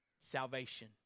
salvation